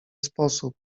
sposób